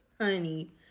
honey